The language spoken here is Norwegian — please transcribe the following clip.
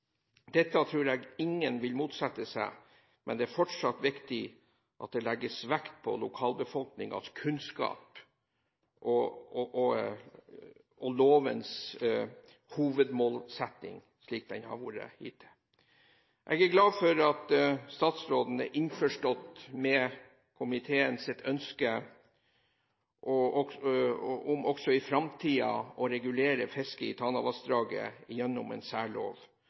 Dette tror jeg ingen vil motsette seg, men det er fortsatt viktig at det legges vekt på lokalbefolkningens kunnskap og lovens hovedmålsetting slik den har vært hittil. Jeg er glad for at statsråden er innforstått med komiteens ønske om også i framtiden å regulere fisket i Tanavassdraget gjennom en særlov,